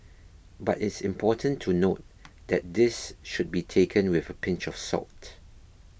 but it's important to note that this should be taken with a pinch of salt